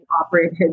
operated